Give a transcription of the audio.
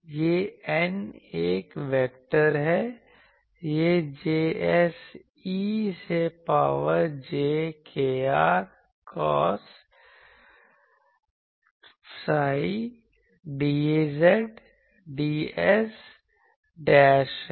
यह N एक vector है यह Js e से power j kr cos psi ds है